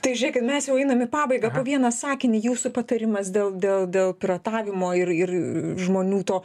tai žiūrėkit mes jau einam į pabaigą po vieną sakinį jūsų patarimas dėl dėl dėl piratavimo ir ir žmonių to